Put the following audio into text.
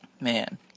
man